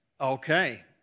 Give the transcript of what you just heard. Okay